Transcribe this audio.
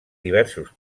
diversos